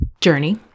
journey